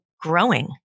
growing